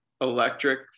electric